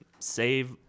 Save